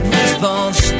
response